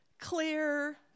clear